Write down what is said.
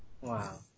Wow